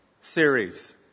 series